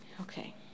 Okay